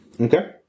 Okay